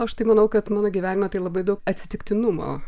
aš tai manau kad mano gyvenime tai labai daug atsitiktinumo